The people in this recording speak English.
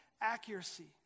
accuracy